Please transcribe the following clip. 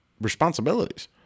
responsibilities